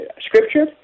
scripture